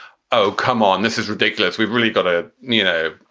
oh, come on, this is ridiculous. we've really got to, you know,